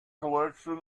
collection